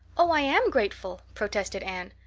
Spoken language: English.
oh, i am grateful, protested anne.